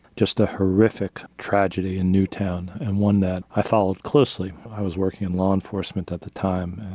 just a horrific tragedy in newtown. and one that i followed closely. i was working in law enforcement at the time,